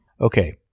Okay